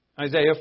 Isaiah